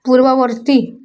ପୂର୍ବବର୍ତ୍ତୀ